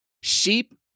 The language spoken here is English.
Sheep